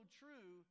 true